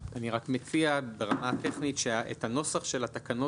האמור."; אני רק מציע ברמה הטכנית שאת הנוסח של התקנות